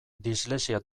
dislexia